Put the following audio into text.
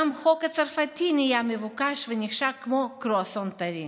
גם החוק הצרפתי נהיה מבוקש ונחשק כמו קרואסון טרי.